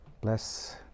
bless